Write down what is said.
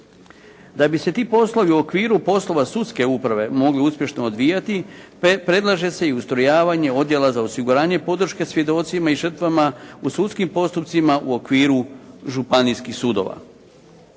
Da bi se ti poslovi u okviru poslova sudske uprave mogli uspješno odvijati predlaže se i ustrojavanje odjela za osiguranje podrške svjedocima i žrtvama u sudskim postupcima u okviru županijskih sudova.